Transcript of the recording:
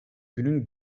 günün